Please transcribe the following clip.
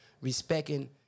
respecting